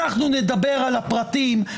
אנחנו נדבר על הפרטים.